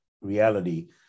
reality